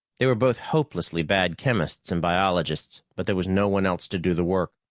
they were both hopelessly bad chemists and biologists, but there was no one else to do the work.